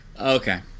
Okay